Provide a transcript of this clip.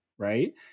right